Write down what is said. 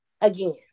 again